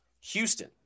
Houston